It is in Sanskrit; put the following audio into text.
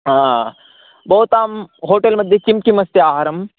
भवतां होटेल् मध्ये किं किम् अस्ति आहारं